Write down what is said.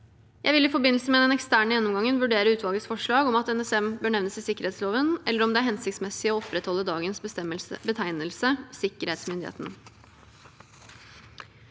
Jeg vil i forbindelse med den eksterne gjennomgangen vurdere utvalgets forslag om at NSM bør nevnes i sikkerhetsloven, eller om det er hensiktsmessig å opprettholde dagens betegnelse «sikkerhetsmyndigheten».